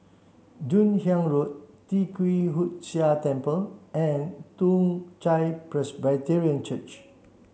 Joon Hiang Road Tee Kwee Hood Sia Temple and Toong Chai Presbyterian Church